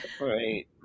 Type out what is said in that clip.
Right